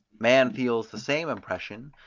man feels the same impression,